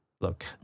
look